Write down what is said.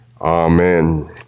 Amen